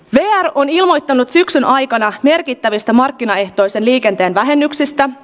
minä on ilmoittanut syksyn aikana mietittävistä markkinaehtoisen liikenteen vähennyksestä